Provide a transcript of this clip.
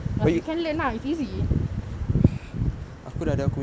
but you can learn ah it's easy